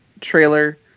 trailer